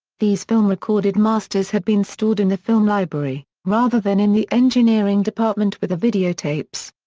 these film-recorded masters had been stored in the film library, rather than in the engineering department with the videotapes.